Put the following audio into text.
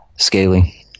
scaling